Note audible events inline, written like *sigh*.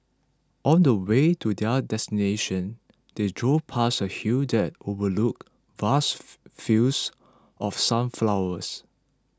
on the way to their destination they drove past a hill that overlooked vast *unintelligible* fields of sunflowers